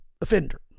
offender